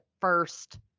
first